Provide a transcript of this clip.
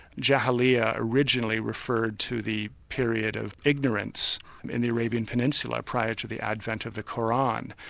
jahiliyyah originally referred to the period of ignorance in the arabian peninsula prior to the advent of the qur'an,